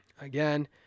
Again